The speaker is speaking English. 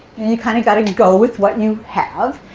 you kind of got to go with what you have.